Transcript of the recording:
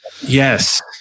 Yes